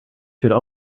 should